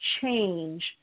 change